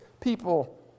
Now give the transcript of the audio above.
people